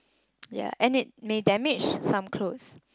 ya and it may damage some clothes